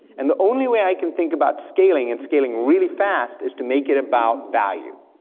and the only way i can think about scaling and scaling really fast is to make it about value.